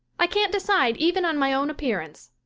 i can't decide even on my own appearance.